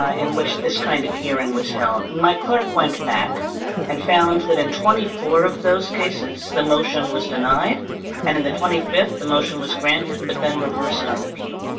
ah in which this kind of hearing was held. my clerk went back and found that in twenty four of those cases, the motion was denied and in the twenty fifth, the motion was granted, but then reversed on appeal.